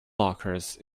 blockers